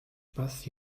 бас